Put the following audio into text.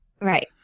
Right